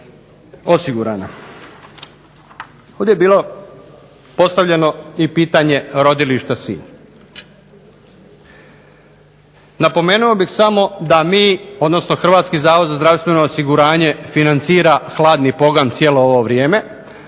osigurana. Ovdje je bilo postavljeno i pitanje rodilišta Sinj. Napomenuo bih samo da mi, odnosno Hrvatski zavod za zdravstveno osiguranje, financira hladni …/Govornik se